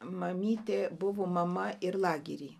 mamytė buvo mama ir lagery